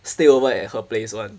stay over at her place [one]